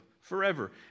forever